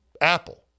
Apple